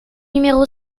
numéro